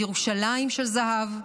על ירושלים של זהב,